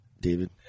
David